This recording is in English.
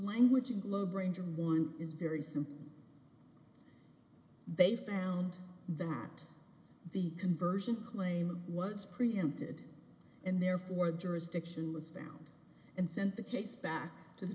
language in globe ranging more is very simple they found that the conversion claim was preempted and therefore the jurisdiction was found and sent the case back to the